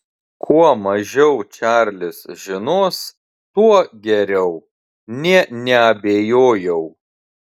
kuo mažiau čarlis žinos tuo geriau nė neabejojau